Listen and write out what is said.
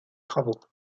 travaux